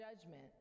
judgment